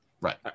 Right